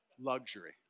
Luxury